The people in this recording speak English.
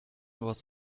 was